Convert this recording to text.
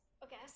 okay